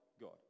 God